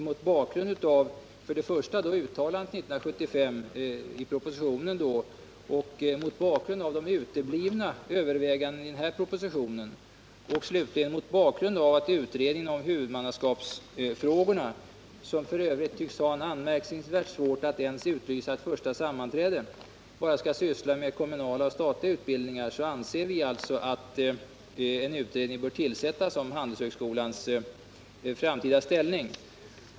Mot bakgrund av för det första uttalandet i 1975 års proposition, för det andra de uteblivna övervägandena i den nu föreliggande propositionen och för det tredje att utredningen om huvudmannaskapsfrågorna, som f. ö. tycks ha anmärkningsvärt svårt för att ens utlysa ett första sammanträde, bara skall syssla med kommunala och statliga utbildningar, så anser vi att en utredning bör tillsättas om Handelshögskolans framtida ställning.